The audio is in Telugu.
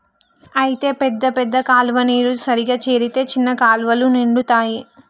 అయితే పెద్ద పెద్ద కాలువ నీరు సరిగా చేరితే చిన్న కాలువలు నిండుతాయి